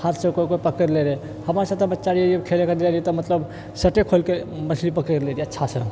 हाथसँ केओ केओ पकड़ि ले रहए हमरासब तऽ बच्चा रहिऐ जब खेलै खातिर जाइ रहिऐ तब मतलब शर्टे खोलिके मछली पकड़ि लए रहिऐ अच्छासँ